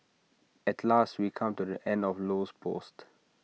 at last we come to the end of Low's post